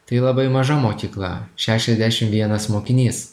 tai labai maža mokykla šešiasdešim vienas mokinys